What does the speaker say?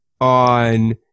on